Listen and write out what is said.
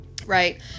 Right